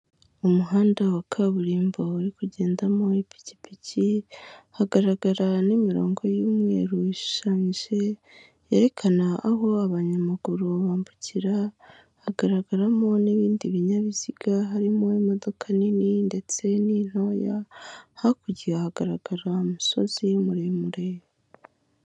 Umuhanda wa kaburimbo uri kugendamo ipikipiki, hagaragara n'imirongo y'umweru ishushanyije, yerekana aho abanyamaguru bambukira, hagaragaramo n'ibindi binyabiziga harimo imodoka nini ndetse n'intoya, hakurya hagaragara umusozi muremure.